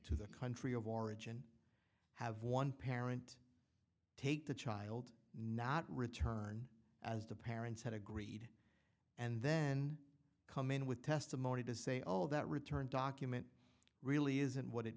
to their country of origin have one parent take the child not return as the parents had agreed and then come in with testimony to say all that return document really is and what it